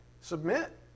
Submit